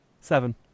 Seven